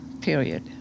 period